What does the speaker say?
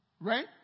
Right